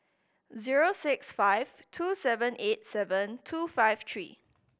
zero six five two seven eight seven two five three